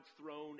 throne